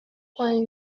while